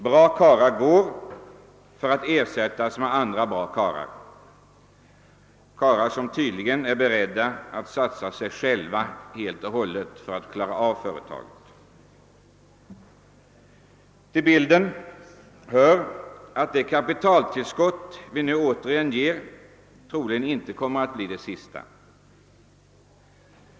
Bra karlar går för att ersättas av andra bra karlar, som tydligen är beredda att satsa sig själva helt och hållet för att klara av företaget. Till bilden hör att det kapitaltillskott vi nu återigen ger troligen inte kommer att bli det sista.